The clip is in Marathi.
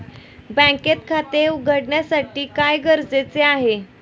बँकेत खाते उघडण्यासाठी काय गरजेचे आहे?